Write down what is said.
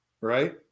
right